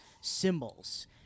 symbols